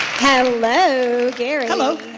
hello gary. hello.